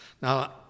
Now